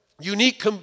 Unique